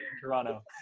Toronto